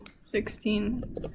Sixteen